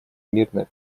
мирное